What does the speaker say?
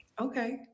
Okay